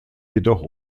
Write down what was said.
jedoch